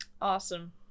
Awesome